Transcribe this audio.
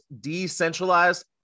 decentralized